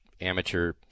amateur